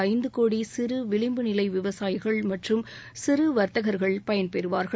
ஐந்து கோடி சிறு விளிம்பு நிலை விவசாயிகள் மற்றும் சிறு வர்த்தகர்கள் பயன்பெறுவார்கள்